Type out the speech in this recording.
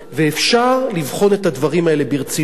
ואפשר לבחון את הדברים האלה ברצינות,